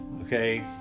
Okay